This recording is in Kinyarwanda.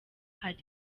hari